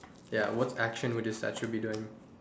ya what action would the statue be doing